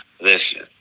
listen